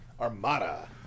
Armada